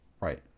Right